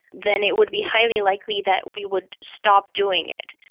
then it would be highly likely that we would stop doing it.